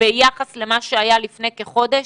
ביחס למה שהיה לפני כחודש?